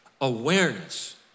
awareness